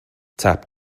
tap